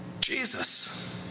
Jesus